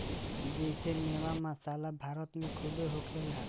जेइसे मेवा, मसाला भारत मे खूबे होखेला